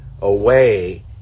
away